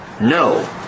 no